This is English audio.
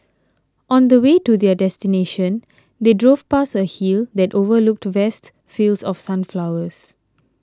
on the way to their destination they drove past a hill that overlooked vast fields of sunflowers